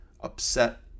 upset